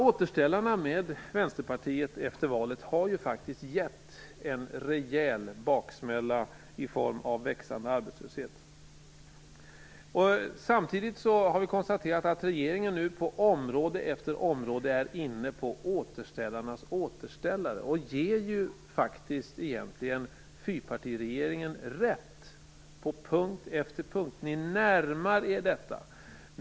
Återställarna med Vänsterpartiet efter valet har ju gett en rejäl baksmälla i form av växande arbetslöshet. Samtidigt har vi konstaterat att regeringen nu på område efter område är inne på återställarnas återställare. Ni ger ju egentligen fyrpartiregeringen rätt på punkt efter punkt. Ni närmar er detta.